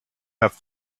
have